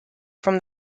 from